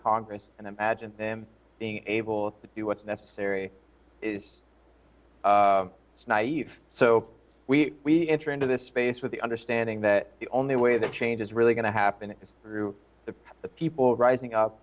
congress and imagine them being able to do what's necessary is naive so we enter into this space with the understanding that the only way that change is really going to happen is through to the people rising up